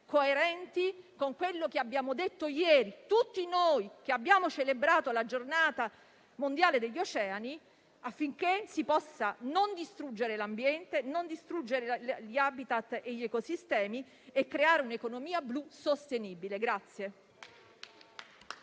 coerenti con quello che abbiamo detto ieri tutti noi, celebrando la Giornata mondiale degli oceani, affinché si possa non distruggere l'ambiente, gli *habitat* e gli ecosistemi ma creare un'economia blu sostenibile.